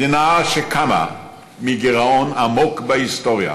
מדינה שקמה מגירעון עמוק בהיסטוריה